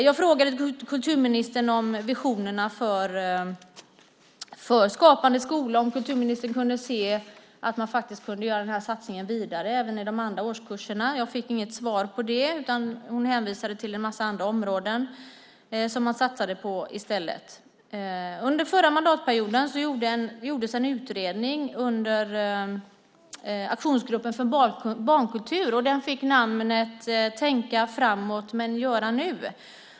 Jag frågade kulturministern om visionerna för Skapande skola, om kulturministern såg att man kunde göra den här satsningen vidare, även i de andra årskurserna. Jag fick inget svar på det, utan hon hänvisade i stället till en massa andra områden som man satsade på. Under förra mandatperioden gjordes en utredning under Aktionsgruppen för barnkultur, och den fick namnet Tänka framåt, men göra nu .